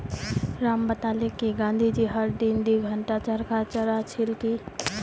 राम बताले कि गांधी जी हर दिन दी घंटा चरखा चला छिल की